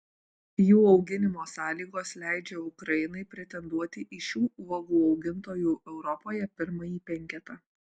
jų auginimo sąlygos leidžia ukrainai pretenduoti į šių uogų augintojų europoje pirmąjį penketą